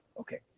okay